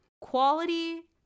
quality